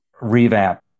revamp